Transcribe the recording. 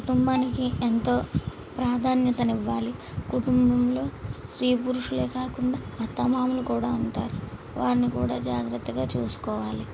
కుటుంబానికి ఎంతో ప్రాధాన్యతనివ్వాలి కుటుంబంలో స్త్రీ పురుషులే కాకుండా అత్తమామలు కూడా ఉంటారు వారిని కూడా జాగ్రత్తగా చూసుకోవాలి